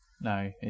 No